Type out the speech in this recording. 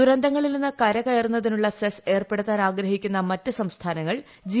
ദുരന്തങ്ങളിൽ നിന്ന് കരകയറുന്നതിനുള്ള സെസ് ഏർപ്പെടുത്താൻ ആഗ്രഹിക്കുന്ന മറ്റ് സംസ്ഥാനങ്ങൾ ജി